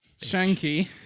Shanky